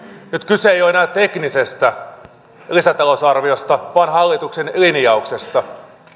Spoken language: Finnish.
nyt kyse ei ole enää teknisestä lisätalousarviosta vaan hallituksen linjauksesta